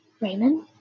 Raymond